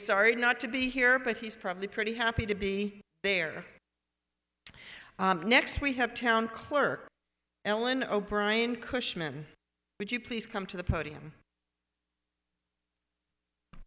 sorry not to be here but he's probably pretty happy to be there next we have town clerk ellen o'brien cushman would you please come to the podium